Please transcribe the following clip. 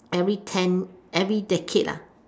every ten every decade